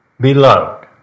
beloved